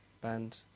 Band